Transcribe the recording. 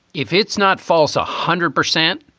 if it's not false, a hundred percent